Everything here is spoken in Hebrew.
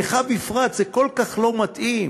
לך בפרט זה כל כך לא מתאים.